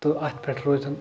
تہٕ اَتھ پٮ۪ٹھ روزان